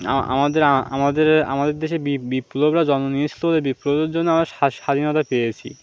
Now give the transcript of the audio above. আমাদের আমাদের আমাদের দেশে বিপ্লবীরা জন্ম নিয়েছিল বলে বিপ্লবীদের জন্য আমরা স্বাধীনতা পেয়েছি